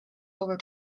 over